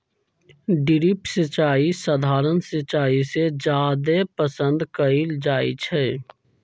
drip सिंचाई सधारण सिंचाई से जादे पसंद कएल जाई छई